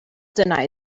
deny